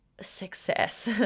success